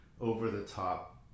over-the-top